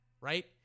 right